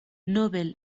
nobel